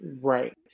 Right